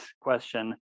question